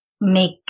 make